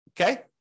okay